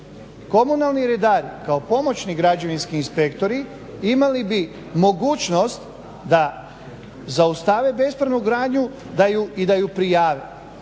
Komunalni redari kao pomoćni građevinski inspektori imali bi mogućnost da zaustave bespravnu gradnju i da ju prijave.